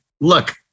look